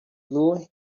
blue